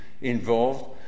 involved